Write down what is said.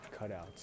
cutouts